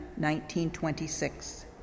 1926